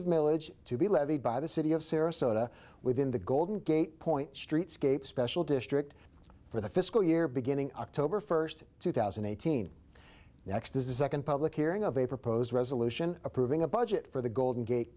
of milledge to be levied by the city of sarasota within the golden gate point streetscape special district for the fiscal year beginning october first two thousand and eighteen next is a public hearing of a proposed resolution approving a budget for the golden gate